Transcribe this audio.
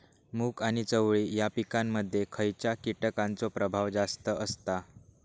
मूग आणि चवळी या पिकांमध्ये खैयच्या कीटकांचो प्रभाव जास्त असता?